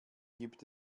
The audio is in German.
gibt